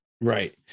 Right